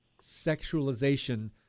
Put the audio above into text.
Sexualization